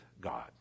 God